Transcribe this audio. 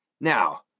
Now